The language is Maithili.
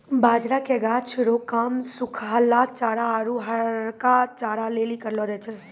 बाजरा के गाछ रो काम सुखलहा चारा आरु हरका चारा लेली करलौ जाय छै